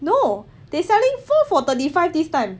no they selling four for thirty five this time